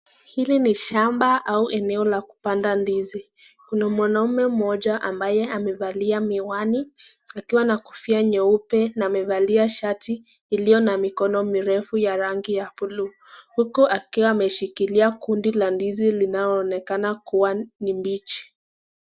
Hili ni shamba au eneo la kupanda ndizi ,kuna mwanaume mmoja ambaye amevalia miwani akiwa na kofia nyeupe na amevalia shati iliyo na mikono mirefu ya rangi ya blue ,huku akiwa ameshikilia kundi la ndizi linaoonekana kuwa ni bichi.